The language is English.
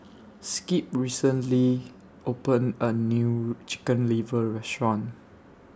Skip recently opened A New Chicken Liver Restaurant